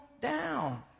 down